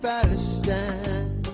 Palestine